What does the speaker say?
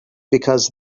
because